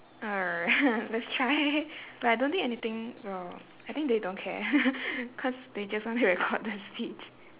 err let's try but I don't think anything will I think they don't care because they just want to record the speech